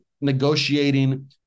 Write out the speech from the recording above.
negotiating